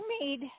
made